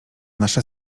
nasza